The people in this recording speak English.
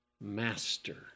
master